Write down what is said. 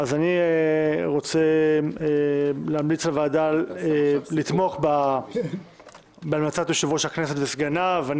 רוצה להמליץ לוועדה לתמוך בהמלצת יושב-ראש הכנסת וסגניו.